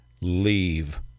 leave